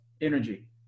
energy